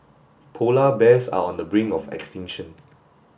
polar bears are on the brink of extinction